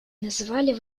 называли